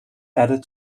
added